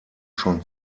schon